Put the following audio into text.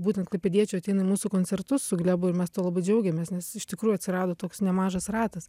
būtent klaipėdiečių ateina į mūsų koncertus su glebu ir mes tuo labai džiaugiamės nes iš tikrųjų atsirado toks nemažas ratas